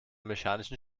mechanischen